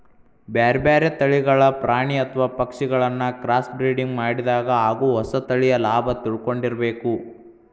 ಬ್ಯಾರ್ಬ್ಯಾರೇ ತಳಿಗಳ ಪ್ರಾಣಿ ಅತ್ವ ಪಕ್ಷಿಗಳಿನ್ನ ಕ್ರಾಸ್ಬ್ರಿಡಿಂಗ್ ಮಾಡಿದಾಗ ಆಗೋ ಹೊಸ ತಳಿಯ ಲಾಭ ತಿಳ್ಕೊಂಡಿರಬೇಕು